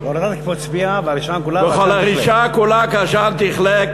"ועולתה תקפּץ פיה וכל הרִשְׁעה כולה" "וכל הרשעה כולה כעשן תכלה,